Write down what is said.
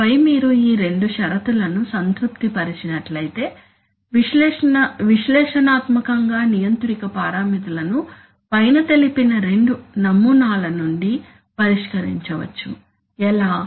ఆపై మీరు ఈ రెండు షరతులను సంతృప్తిపరిచినట్లయితే విశ్లేషణాత్మకంగా నియంత్రిక పారామితులను పైన తెలిపిన రెండు నమూనాల నుండి పరిష్కరించవచ్చు ఎలా